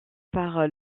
par